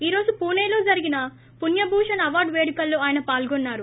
ఈ రోజు పూణేలోని జరిగిన పుణ్యభూషన్ అవార్డు పేడుకల్లో ఆయన పాల్గొన్సారు